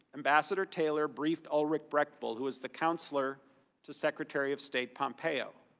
ambassador taylor briefed ulrich brechbuhl, who was the counselor to secretary of state pompeo.